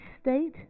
state